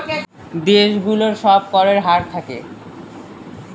দেশ গুলোর সব করের হার থাকে